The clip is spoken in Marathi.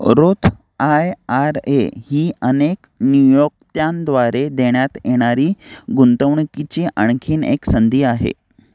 रोथ आय आर ए ही अनेक न्युयोक्त्यानंद्वारे देण्यात येणारी गुंतवणकीची आणखीन एक संधी आहे